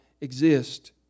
exist